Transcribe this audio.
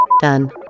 Done